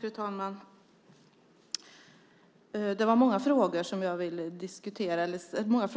Fru talman! Det är många frågor som